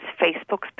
Facebook's